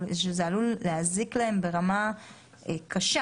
שזה עלול להזיק להם ברמה קשה.